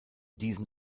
diesen